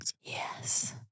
Yes